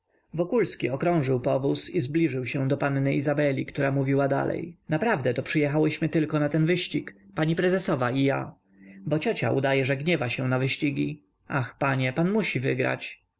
wokulski okrążył powóz i zbliżył się do panny izabeli która mówiła dalej naprawdę to przyjechałyśmy tylko na ten wyścig pani prezesowa i ja bo ciocia udaje że gniewa się na wyścigi ach panie pan musi wygrać